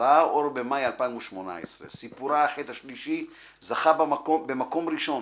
ראה אור במאי 2018. סיפורה "החטא השלישי" זכה במקום ראשון